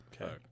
Okay